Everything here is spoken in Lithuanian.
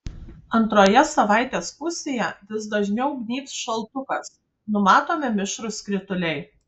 antroje savaitės pusėje vis dažniau gnybs šaltukas numatomi mišrūs krituliai